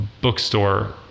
bookstore